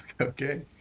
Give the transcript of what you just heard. Okay